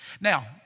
Now